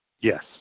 Yes